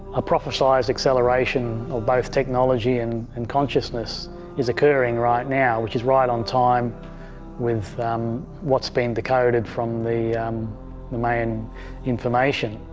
a prophesied acceleration of both technology and and consciousness is occurring right now, which is right on time with what's been decoded from the the mayan information.